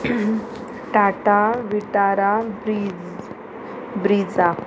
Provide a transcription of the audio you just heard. Tata Vitara Brezza Brezza